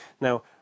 Now